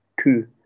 two